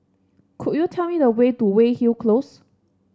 could you tell me the way to Weyhill Close